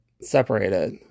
separated